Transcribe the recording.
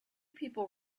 people